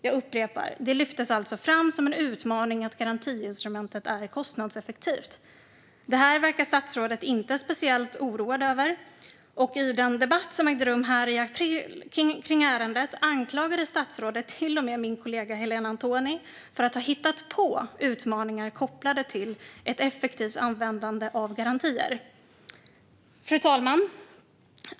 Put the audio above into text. Jag upprepar: Det lyftes alltså fram som en utmaning att garantiinstrumentet är kostnadseffektivt. Detta verkar statsrådet inte speciellt oroad över, och i den debatt om ärendet som ägde rum här i april anklagade statsrådet till och med min kollega Helena Antoni för att ha hittat på utmaningar kopplade till ett effektivt användande av garantier. Fru talman!